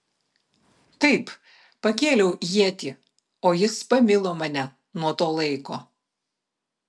taip pakėliau ietį o jis pamilo mane nuo to laiko